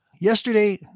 Yesterday